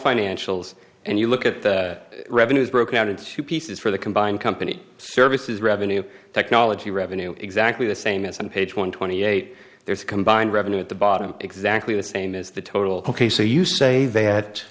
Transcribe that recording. financials and you look at the revenues broke out in two pieces for the combined company services revenue technology revenue exactly the same as on page one twenty eight there is a combined revenue at the bottom exactly the same as the total copy so you say th